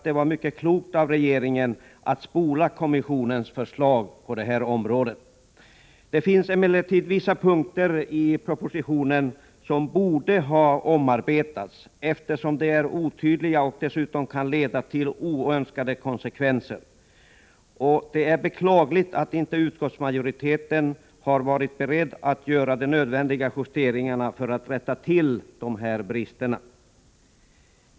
Det var mycket klokt av regeringen att spola kommissionens förslag på detta område. Det finns emellertid vissa punkter i propositionen som borde ha omarbetats, eftersom de är otydliga och dessutom kan få oönskade konsekvenser. Det är beklagligt att utskottsmajoriteten inte har varit beredd att göra de nödvändiga justeringarna för att rätta till dessa brister.